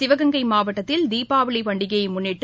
சிவகங்கை மாவட்டத்தில் தீபாவளி பண்டிகையை முன்னிட்டு